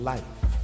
Life